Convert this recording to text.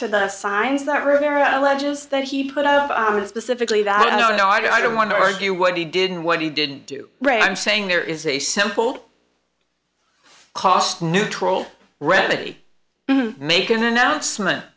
to the signs that rivera alleges that he put out a specific leave that i don't know i don't want to argue what he did and what he didn't do right i'm saying there is a simple cost neutral ready make an announcement